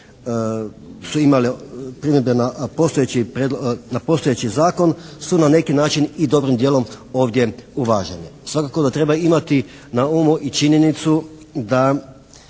su imale primjedbe na postojeći zakon su na neki način i dobrim dijelom ovdje uvažene. Svakako da treba imati na umu i činjenicu da